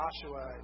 Joshua